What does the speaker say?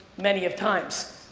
many of times.